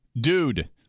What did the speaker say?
Dude